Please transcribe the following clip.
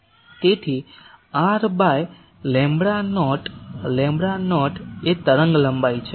તેથી r by lambda naught lambda naught એ તરંગ લંબાઈ છે